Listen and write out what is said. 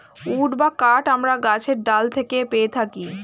would বা কাঠ আমরা গাছের ডাল থেকেও পেয়ে থাকি